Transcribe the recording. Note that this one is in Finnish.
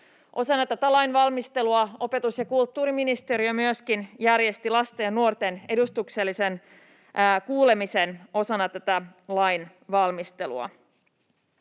Osana tätä lainvalmistelua opetus‑ ja kulttuuriministeriö myöskin järjesti lasten ja nuorten edustuksellisen kuulemisen. Minä haluan